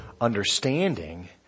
understanding